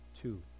Two